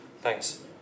Thanks